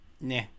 nah